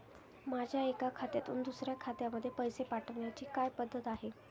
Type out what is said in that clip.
माझ्या एका खात्यातून दुसऱ्या खात्यामध्ये पैसे पाठवण्याची काय पद्धत आहे?